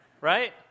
Right